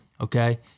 okay